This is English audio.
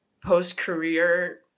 post-career